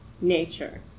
nature